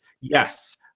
yes